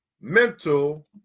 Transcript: mental